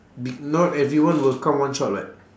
be~ not everyone will come one shot [what]